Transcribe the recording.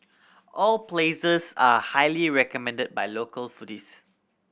all places are highly recommended by local foodies